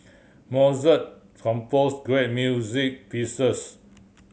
Mozart composed great music pieces